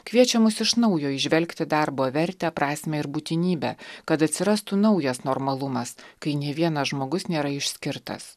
kviečia mus iš naujo įžvelgti darbo vertę prasmę ir būtinybę kad atsirastų naujas normalumas kai ne vienas žmogus nėra išskirtas